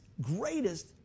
greatest